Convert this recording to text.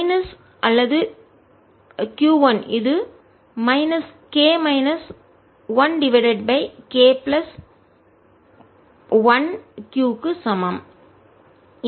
minus அல்லது q 1 இது minus k minus 1 divided by k plus 1q க்கு சமம்